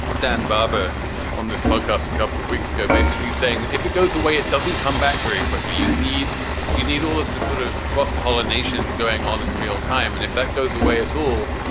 dan barber on this podcast a couple of weeks ago basically saying that if it goes away, it doesn't come back very quickly. you need you need all of the sort of cross pollination going on in real time. and if that goes away at all,